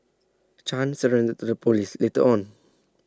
chan surrendered to the Police later on